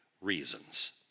reasons